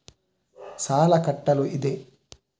ಸಾಲ ಕಟ್ಟಲು ಇದೆ